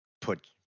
put